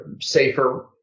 safer